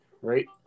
right